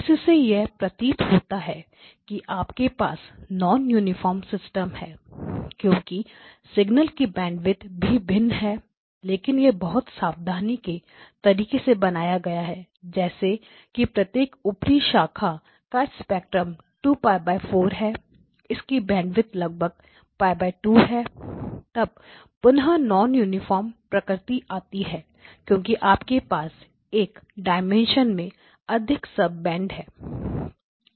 इससे यह प्रतीत होता है कि आपके पास नॉन यूनिफार्म सिस्टम है क्यूंकि सिगनल्स की बैंडविथ भी भिन्न है लेकिन यह बहुत सावधानी के तरीके से बनाया गया है जैसे कि प्रत्येक ऊपरी शाखा का स्पेक्ट्रम 2 π 4 है इसकी बैंडविथ लगभग π 2 है तब पुनः नॉन यूनिफार्म प्रकृति आती है क्योंकि आपके पास एक डायमेंशन में अधिक सब बैंड है